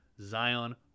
Zion